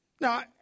now